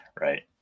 Right